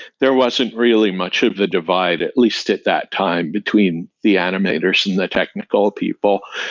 there wasn't really much of the divide, at least at that time, between the animators and the technical ah people.